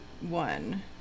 one